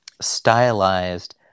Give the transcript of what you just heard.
stylized